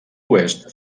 oest